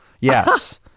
Yes